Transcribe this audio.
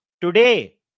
Today